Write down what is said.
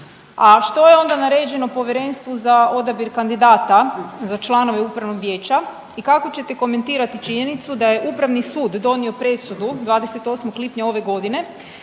što je onda naređeno Povjerenstvu za odabir kandidata za članove Upravnog vijeća i kako ćete komentirati činjenicu da je Upravni sud donio presudu 28. lipnja ove godine